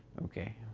okay.